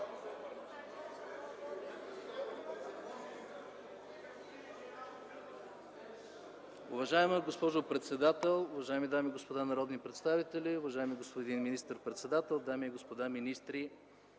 Уважаема госпожо председател, уважаеми дами и господа народни представители, уважаеми господин министър-председател, дами и господа министри!